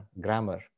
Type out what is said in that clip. grammar